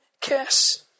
kiss